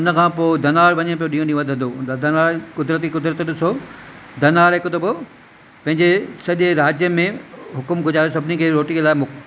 उनखां पोइ धनवार वञे पियो ॾींहों ॾींहुं वधंदो धनवारे क़ुदिरत ई क़ुदिरत ॾिसो धनवारे हिकु दफ़ो पंहिंजे सॼे राज्य में हुकुम गुज़ारो त सभिनी रोटीअ लाइ मोक